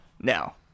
Now